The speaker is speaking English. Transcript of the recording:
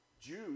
Jews